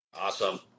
Awesome